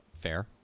fair